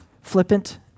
flippant